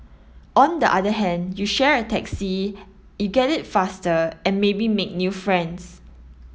on the other hand you share a taxi you get it faster and maybe make new friends